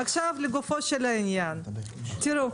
עכשיו לגופו של עניין: תראו,